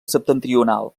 septentrional